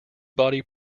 body